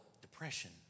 depression